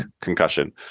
concussion